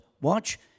watch